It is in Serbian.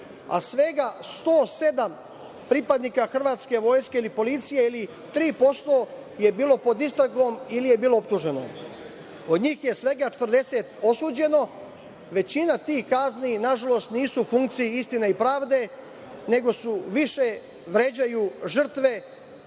a svega 107 pripadnika hrvatske vojske ili policije, ili 3% je bilo pod istragom ili je bilo optuženo. Od njih je svega 40 osuđeno. Većina tih kazni, nažalost, nisu u funkciji istine i pravde, nego se više vređaju žrtve